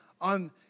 on